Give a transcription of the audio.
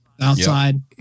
Outside